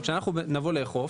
כשאנחנו נבוא לאכוף,